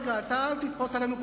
אתה אל תתפוס עלינו פטרונות,